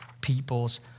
people's